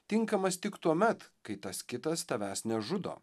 tinkamas tik tuomet kai tas kitas tavęs nežudo